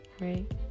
right